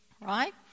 Right